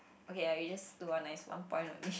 okay ah you just do one nice one point only